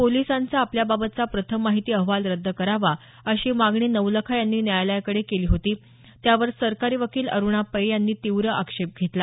पोलीसांचा आपल्या बाबतचा प्रथम माहिती अहवाल रद्द करावा अशी मागणी नवलखा यांनी न्यायालयाकडे केली होती त्यावर सरकारी वकील अरुणा पै यांनी तीव्र आक्षेप घेतला